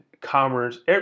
commerce